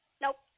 Nope